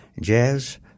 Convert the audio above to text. jazz